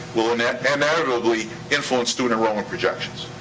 will will inevitably influence student enrollment projections.